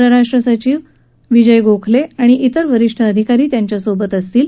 परराष्ट्र सचिव विजय गोखले आणि इतर वरिष्ठ अधिकारी त्यांच्याबरोबर असतील